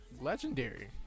legendary